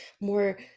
more